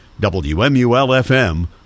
WMUL-FM